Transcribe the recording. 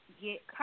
get